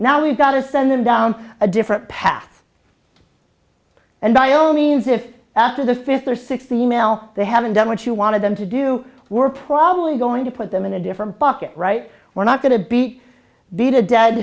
now we've got to stand them down a different path and by all means if after the fifth or sixth e mail they haven't done what you wanted them to do we're probably going to put them in a different bucket right we're not going to beat beat a dead